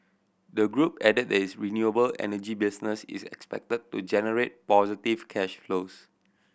the group added that its renewable energy business is expected to generate positive cash flows